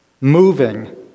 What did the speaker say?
moving